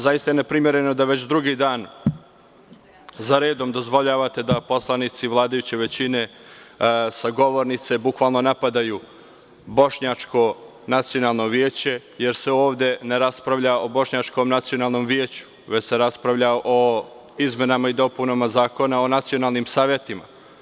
Neprimereno je da već drugi dan za redom dozvoljavate da poslanici vladajuće većine sa govornice bukvalno napadaju Bošnjačko nacionalno veće, jer se ovde ne raspravlja o Bošnjačkom nacionalnom veću, već se raspravlja o izmenama i dopunama Zakona o nacionalnim savetima.